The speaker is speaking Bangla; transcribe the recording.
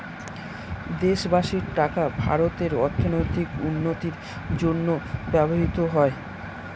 দেশবাসীর টাকা ভারতের অর্থনৈতিক উন্নতির জন্য ব্যবহৃত হয়